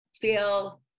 feel